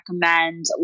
recommend